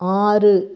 ஆறு